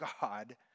God